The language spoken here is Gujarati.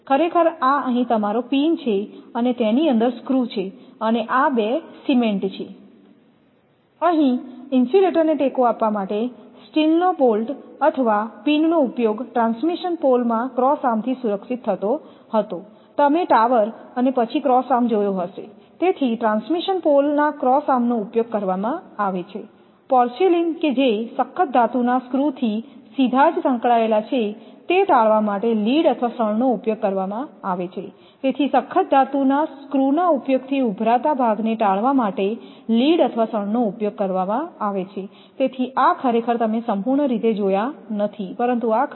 ખરેખર આ અહીં તમારો પિન છે અને તેની અંદર સ્ક્રુ છે અને આ બે સિમેન્ટ છે અહીં ઇન્સ્યુલેટરને ટેકો આપવા માટે સ્ટીલનો બોલ્ટ અથવા પિનનો ઉપયોગ ટ્રાન્સમિશન પોલમાં ક્રોસ આર્મથી સુરક્ષિત થતો હતો તમે ટાવર અને પછી ક્રોસ આર્મ જોયો હશે તેથી ટ્રાન્સમિશન પોલના ક્રોસ આર્મનો ઉપયોગ કરવામાં આવે છે પોર્સેલેઇન કે જે સખત ધાતુના સ્ક્રૂથી સીધા જ સંકળાયેલા છે તે ટાળવા માટે લીડ અથવા શણ નો ઉપયોગ કરવામાં આવે છે તેથી સખત ધાતુના સ્ક્રુના ઉપયોગથી ઉભરતા ભાગને ટાળવા માટે લીડ અથવા શણ ઉપયોગ કરવામાં આવે છે તેથી આ ખરેખર તમે સંપૂર્ણ રીતે જોયા નથી પરંતુ આ ખરેખર સ્ક્રૂ છે